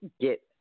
get